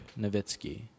Nowitzki